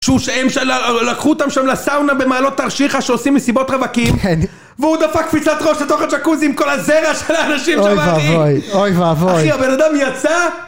שהוא שאמשלה, לקחו אותם שם לסאונה במהלות תרשיכה שעושים מסיבות רווקים והוא דפק קפיצת ראש לתוך השקוז עם כל הזרע של האנשים שבאתי אוי ואבוי אחי הבן אדם יצא